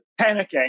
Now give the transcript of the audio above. panicking